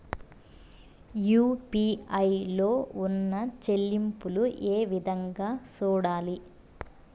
UPI లో ఉన్న చెల్లింపులు ఏ విధంగా సూడాలి